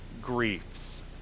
griefs